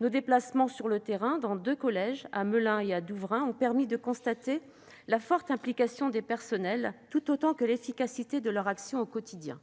Nos déplacements sur le terrain dans deux collèges, à Melun et à Douvrin, ont permis de constater la forte implication des personnels, tout autant que l'efficacité de leur action au quotidien.